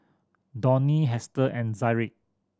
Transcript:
Donny Hester and Zaire